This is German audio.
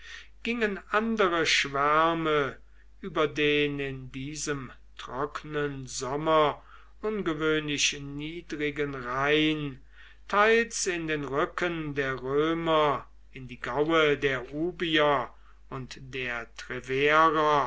gingen andere schwärme über den in diesem trocknen sommer ungewöhnlich niedrigen rhein teils in den rücken der römer in die gaue der ubier und der treverer